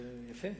יפה,